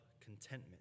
contentment